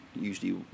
usually